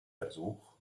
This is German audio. versuch